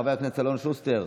חבר הכנסת אלון שוסטר,